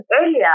earlier